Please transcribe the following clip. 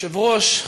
היושב-ראש,